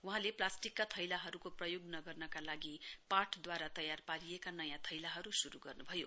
वहाँले प्लास्टिकका थैलाहरूको प्रयोग नगर्नका लागि पाटद्वारा तयार पारिएका नयाँ थैलाहरू शुरू गर्नुभयो